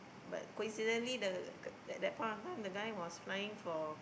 but coincidentally the g~ that that point of time the guy was flying for